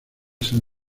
san